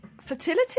Fertility